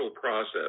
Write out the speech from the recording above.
process